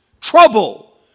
trouble